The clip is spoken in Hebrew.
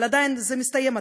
אבל עדיין זה מסתיים מתישהו.